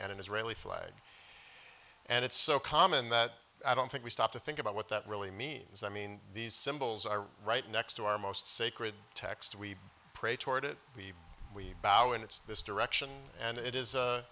and an israeli flag and it's so common that i don't think we stop to think about what that really means i mean these symbols are right next to our most sacred text we pray toward it we bow and it's this direction and it is